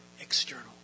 external